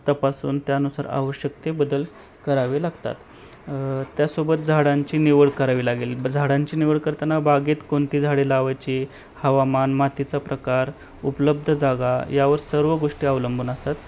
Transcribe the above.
तपासून त्यानुसार आवश्यक ते बदल करावे लागतात त्यासोबत झाडांची निवड करावी लागेल ब झाडांची निवड करताना बागेत कोणती झाडे लावायची हवामान मातीचा प्रकार उपलब्ध जागा यावर सर्व गोष्टी अवलंबून असतात